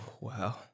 wow